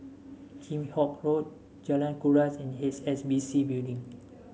Kheam Hock Road Jalan Kuras and H S B C Building